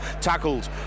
tackled